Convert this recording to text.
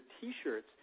T-shirts